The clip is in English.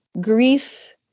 grief